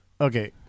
okay